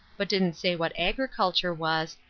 but didn't say what agriculture was,